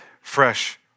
fresh